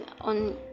on